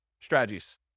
strategies